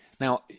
Now